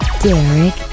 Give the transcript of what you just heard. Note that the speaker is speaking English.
Derek